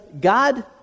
God